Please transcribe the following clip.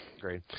Great